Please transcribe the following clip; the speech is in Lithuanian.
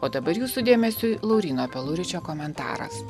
o dabar jūsų dėmesiui lauryno peluričio komentaras